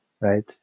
right